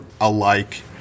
alike